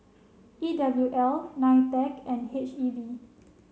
E W L NITEC and H E B